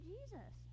Jesus